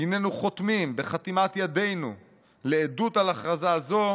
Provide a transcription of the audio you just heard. היננו חותמים בחתימת ידנו לעדות על הכרזה זו,